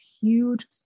huge